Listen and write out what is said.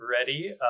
ready